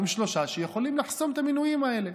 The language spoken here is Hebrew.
הם שלושה שיכולים לחסום את המינויים האלה.